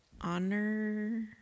Honor